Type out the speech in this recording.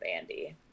Andy